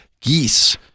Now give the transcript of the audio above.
Geese